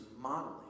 modeling